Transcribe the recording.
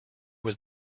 was